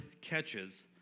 catches